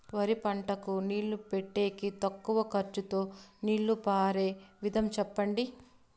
వరి పంటకు నీళ్లు పెట్టేకి తక్కువ ఖర్చుతో నీళ్లు పారే విధం చెప్పండి?